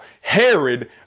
Herod